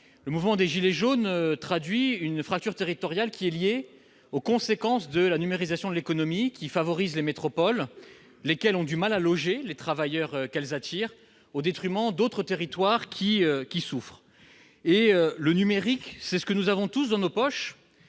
Le mouvement des « gilets jaunes » traduit une fracture territoriale liée aux conséquences de la numérisation de l'économie. Celle-ci favorise les métropoles, lesquelles ont du mal à loger les travailleurs qu'elles attirent, au détriment d'autres territoires qui souffrent. Le numérique, c'est ce que nous avons tous dans nos poches,